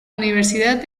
universidad